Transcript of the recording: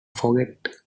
forget